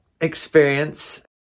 experience